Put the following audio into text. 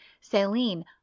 Celine